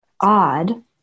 odd